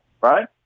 right